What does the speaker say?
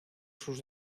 sus